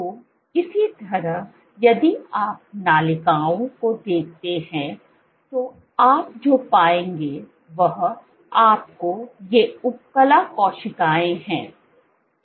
तो इसी तरह यदि आप नलिकाओं को देखते हैं तो आप जो पाएंगे वह आपको ये उपकला कोशिकाएं हैं